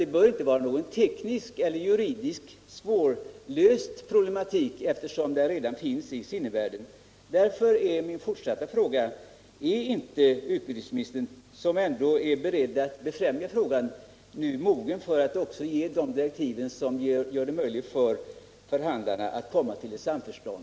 Det bör alltså inte vara någon tekniskt eller juridiskt svårlöst problematik, eftersom systemet redan finns i sinnevärlden. Min nästa fråga lyder: Är inte utbildningsministern, som ändå är beredd att främja saken, nu mogen för att också ge sådana direktiv som gör det möjligt för förhandlarna att komma till ett samförstånd?